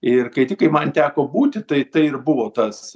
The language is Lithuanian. ir kai tik kai man teko būti tai tai ir buvo tas